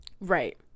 Right